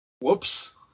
whoops